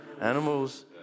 animals